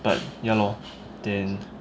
but ya lor then